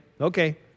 Okay